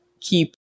keep